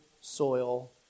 soil